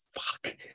fuck